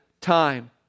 time